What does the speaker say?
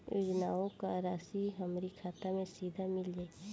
योजनाओं का राशि हमारी खाता मे सीधा मिल जाई?